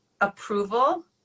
approval